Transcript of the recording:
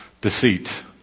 deceit